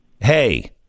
hey